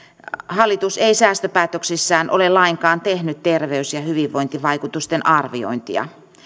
hallitus ei säästöpäätöksissään ole lainkaan tehnyt terveys ja hyvinvointivaikutusten arviointia